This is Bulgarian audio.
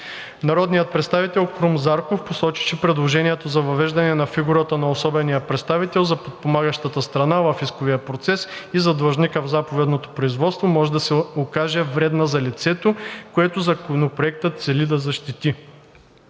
Народният представител Крум Зарков посочи, че предложението за въвеждане на фигурата на особения представител за подпомагащата страна в исковия процес и за длъжника в заповедното производство може да се окаже вредна за лицето, което Законопроектът цели да защити.